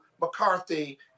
McCarthy